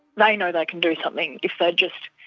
they know they can do something if they just